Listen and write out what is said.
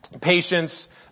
patience